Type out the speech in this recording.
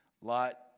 Lot